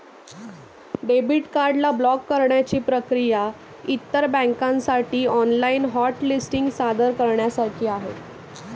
debit card ला block करण्याची प्रक्रिया इतर बँकांसाठी ऑनलाइन हॉट लिस्टिंग सादर करण्यासारखी आहे